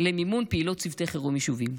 למימון פעילות צוותי חירום יישוביים.